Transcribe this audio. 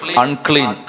unclean